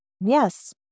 Yes